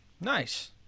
Nice